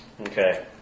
Okay